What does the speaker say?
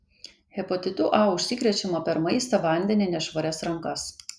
hepatitu a užsikrečiama per maistą vandenį nešvarias rankas